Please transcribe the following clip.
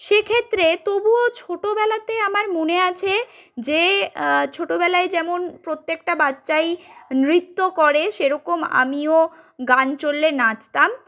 সেক্ষেত্রে তবুও ছোটোবেলাতে আমার মনে আছে যে ছোটোবেলায় যেমন প্রত্যেকটা বাচ্চাই নৃত্য করে সেরকম আমিও গান চললে নাচতাম